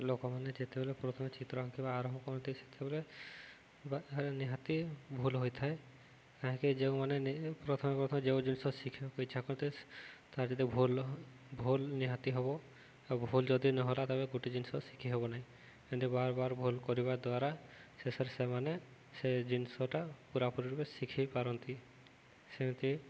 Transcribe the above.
ଲୋକମାନେ ଯେତେବେଳେ ପ୍ରଥମେ ଚିତ୍ର ଆଙ୍କିବା ଆରମ୍ଭ କରନ୍ତି ସେତେବେଳେ ନିହାତି ଭୁଲ ହୋଇଥାଏ କାହିଁକି ଯେଉଁମାନେ ପ୍ରଥମେ ପ୍ରଥମେ ଯେଉଁ ଜିନିଷ ଶିଖିବାକୁ ଇଚ୍ଛା କରନ୍ତି ତା'ର ଯଦି ଭୁଲ ଭୁଲ ନିହାତି ହବ ଆଉ ଭୁଲ ଯଦି ନହେଲା ତେବେ ଗୋଟେ ଜିନିଷ ଶିଖି ହବ ନାହିଁ ଏମିତି ବାର ବାର ଭୁଲ କରିବା ଦ୍ୱାରା ଶେଷରେ ସେମାନେ ସେ ଜିନିଷଟା ପୂରା ପୂରି ରୂପେ ଶିଖିପାରନ୍ତି ସେମିତି